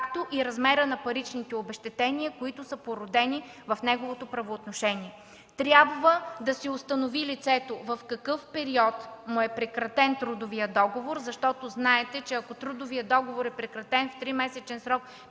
както и размера на паричните обезщетения, които са породени в неговото правоотношение. Трябва да се установи на лицето в какъв период му е прекратен трудовият договор, защото знаете, че ако трудовия договор е прекратен в 3-месечен срок